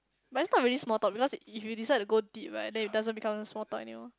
but it's not really small talk because if you decide to go deep right then it doesn't become small talk anymore